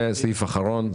וסעיף אחרון,